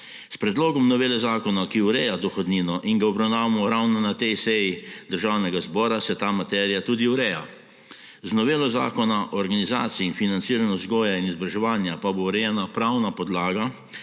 S predlogom novele zakona, ki ureja dohodnino in ga obravnavamo ravno na tej seji Državnega zbora, se ta materija tudi ureja. Z novelo Zakona o organizaciji in financiranju vzgoje in izobraževanja pa bo urejena pravna podlaga